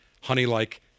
honey-like